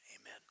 Amen